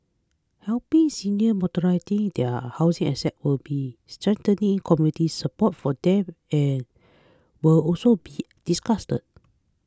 helping seniors monetise their housing assets will be strengthening community support for them and will also be discussed